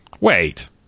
Wait